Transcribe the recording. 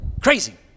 Crazy